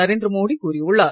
நரேந்திர மோடி கூறியுள்ளார்